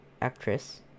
actress